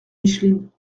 micheline